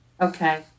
Okay